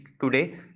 today